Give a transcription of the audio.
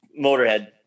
motorhead